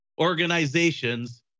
organizations